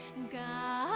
got